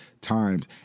times